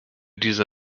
diese